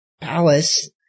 Palace